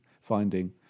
finding